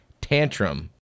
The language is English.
tantrum